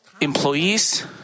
employees